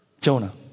Jonah